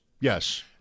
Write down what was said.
yes